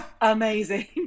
amazing